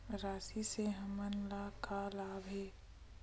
राशि से हमन ला का लाभ हे?